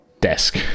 desk